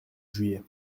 juillet